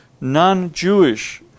non-Jewish